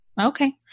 Okay